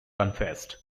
confessed